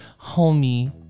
homie